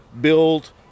build